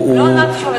לא אמרתי שהוא עובד.